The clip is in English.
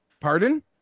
Pardon